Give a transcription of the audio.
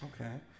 Okay